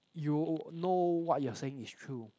you know what you're saying is true